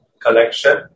collection